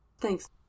Thanks